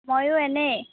মইয়ো এনেই